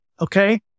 Okay